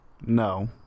No